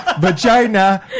vagina